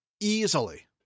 Easily